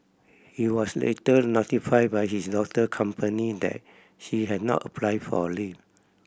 he was later notified by his daughter company that she had not applied for leave